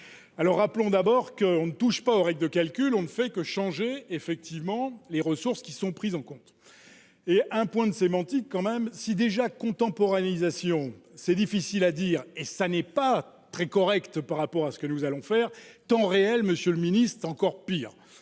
alors rappelons d'abord qu'on ne touche pas aux règles de calcul, on ne fait que changer effectivement les ressources qui sont prises en compte et un point de sémantique quand même si déjà contemporaniste c'est difficile à dire, et ça n'est pas très correct par rapport à ce que nous allons faire temps réel, Monsieur le Ministre, encore pire,